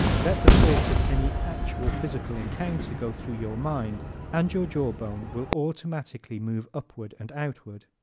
let the thought of any actual physical encounter go through your mind and your jaw bone will automatically move upward and outward.